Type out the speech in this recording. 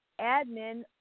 admin